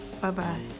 Bye-bye